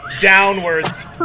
downwards